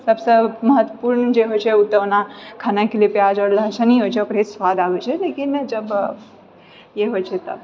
सबसँ महत्वपूर्ण जे होइत छै ओ तऽ ओना खनाइके लिए प्याज आओर लहसन ही होइत छै ओकरे स्वाद आबैत छै लेकिन जब ई होइत छै तब